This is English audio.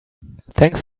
thanks